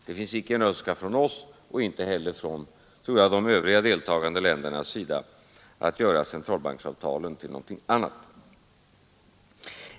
Det finns inte en önskan från oss och inte heller, tror jag, från de övriga deltagande ländernas sida att göra centralbanksavtalen till någonting annat.